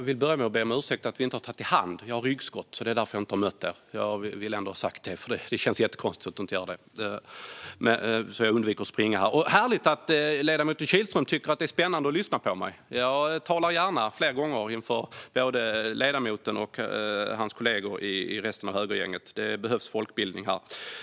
Herr talman! Härligt att ledamoten Kihlström tycker att det är spännande att lyssna på mig! Jag talar gärna fler gånger inför både ledamoten och hans kollegor i resten av högergänget. Det behövs folkbildning här.